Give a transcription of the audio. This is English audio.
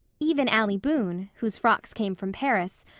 even allie boone, whose frocks came from paris,